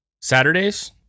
Saturdays